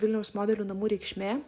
vilniaus modelių namų reikšmė